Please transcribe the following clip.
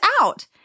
out